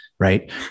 Right